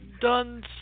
done